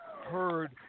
heard